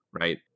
right